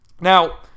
Now